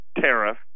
tariff